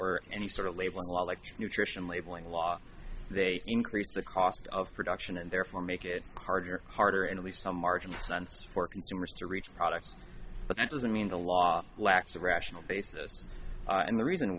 or any sort of labeling law like nutrition labeling law they increase the cost of production and therefore make it harder harder at least some marginal sense for consumers to reach products but that doesn't mean the law lacks a rational basis and the reason